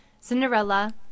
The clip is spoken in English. Cinderella